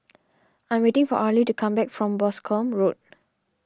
I am waiting for Arlie to come back from Boscombe Road